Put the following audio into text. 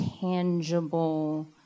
tangible